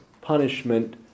punishment